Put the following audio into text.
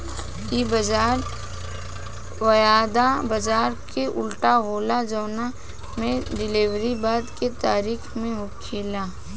इ बाजार वायदा बाजार के उल्टा होला जवना में डिलेवरी बाद के तारीख में होखेला